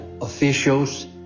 officials